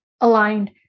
aligned